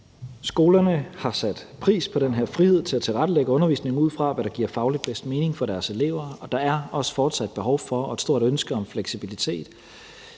Skolerne har sat pris på den her frihed til at tilrettelægge undervisningen ud fra, hvad der giver fagligt bedst mening for deres elever, og der er også fortsat behov for og et stort ønske om fleksibilitet,